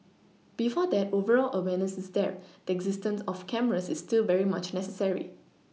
before that overall awareness is there the existence of cameras is still very much necessary